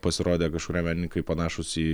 pasirodė kažkuriam menininkui panašūs į